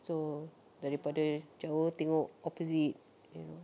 so daripada jauh tengok opposite you know